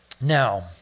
Now